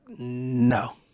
no.